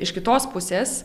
iš kitos pusės